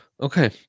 Okay